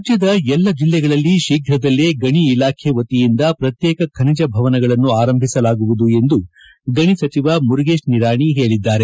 ರಾಜ್ಯದ ಎಲ್ಲಾ ಜಿಲ್ಲೆಗಳಲ್ಲಿ ಶೀಘ್ರದಲ್ಲೇ ಗಣಿ ಇಲಾಖೆ ವತಿಯಿಂದ ಪ್ರತ್ನೇಕ ಖನಿಜ ಭವನಗಳನ್ನು ಆರಂಭಿಸಲಾಗುವುದು ಎಂದು ಗಣಿ ಸಚಿವ ಮುರುಗೇಶ್ ನಿರಾಣಿ ಹೇಳಿದ್ದಾರೆ